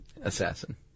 Assassin